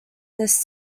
this